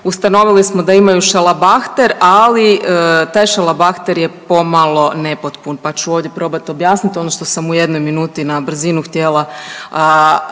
Ustanovili smo da imaju šalabahter, ali taj šalabahter je pomalo nepotpun, pa ću ovdje probat objasnit ono što sam u jednoj minuti na brzinu htjela sve